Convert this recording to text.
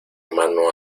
mano